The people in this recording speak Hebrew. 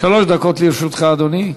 שלוש דקות לרשותך, אדוני.